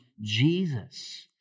Jesus